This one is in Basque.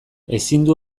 ezindu